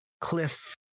cliff